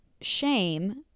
shame